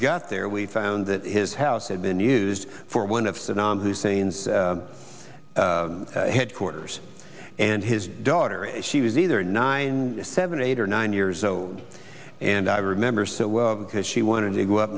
we got there we found that his house had been used for one of saddam hussein's headquarters and his daughter she was either nine seven eight or nine years old and i remember so well because she wanted to go